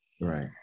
right